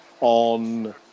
on